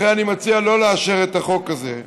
לכן אני מציע שלא לאשר את החוק הזה.